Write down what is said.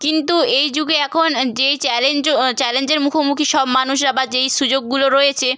কিন্তু এই যুগে এখন যেই চ্যালেঞ্জ চ্যালেঞ্জের মুখোমুখি সব মানুষরা বা যেই সুযোগগুলো রয়েছে